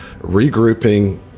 regrouping